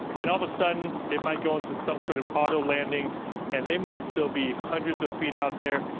and all of a sudden it might go into some sort of auto-landing and they might still be hundreds of feet out there.